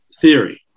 theory